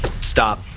Stop